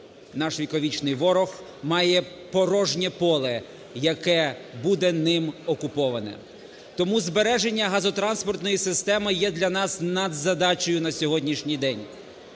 наш віковічний ворог має порожнє поле, яке буде ним окуповане. Тому збереження газотранспортної системи є для нас надзадачею на сьогоднішній день.